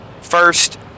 first